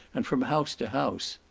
and from house to house.